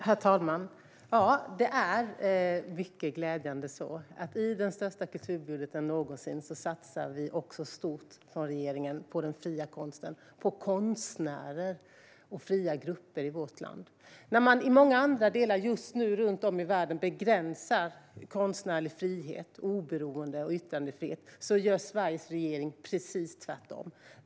Herr talman! Det är mycket glädjande att vi i regeringen, i den största kulturbudgeten någonsin, satsar stort på den fria konsten, på konstnärer och på fria grupper i vårt land. När man i många andra delar just nu begränsar konstnärlig frihet, oberoende och yttrandefrihet runt om i världen gör Sveriges regering precis tvärtom.